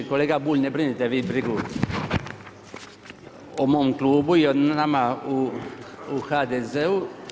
Kolega Bulj, ne brinite vi brigu o mom klubu i o nama u HDZ-u.